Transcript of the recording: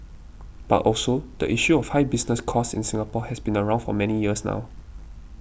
but also the issue of high business costs in Singapore has been around for many years now